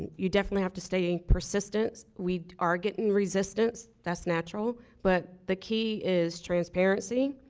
you definitely have to stay persistant. we are getting resistance, that's natural but the key is transparency,